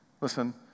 Listen